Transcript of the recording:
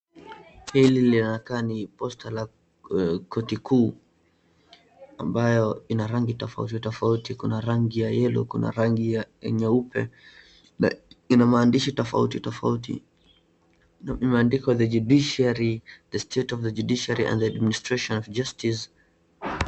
Hili linakaa ni posta la koti kuu, ambayo ina rangi tofauti tofauti. Kuna rangi ya yellow , kuna rangi ya, ya nyeupe na ina maandishi tofauti tofauti. Imeandikwa The Judiciary, the state of the judiciary and the adminstration justice .